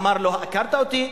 אמר לו: הכרת אותי?